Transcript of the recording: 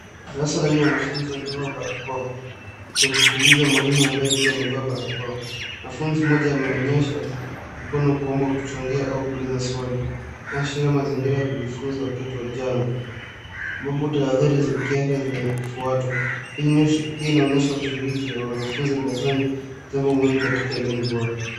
Darasa lenye wanafunzi waliovaa barakoa wakimsikiliza mwalimu ambaye pia amevaa barakoa. mwanafunzi mmoja ameonyesha mkono kuomba kuchangia au kuuliza swali. Inaashiria mazingira ya kujifunza wakati wa janga ambapo tahadhari za kiafya zinafwatwa. Pia inaonyesha ushiriki wa wanafunzi darasani, jambo muhimu katika elimu bora.